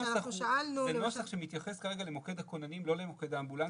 זה נוסח שמתייחס כרגע למוקד הכוננים ולא למוקד האמבולנסים.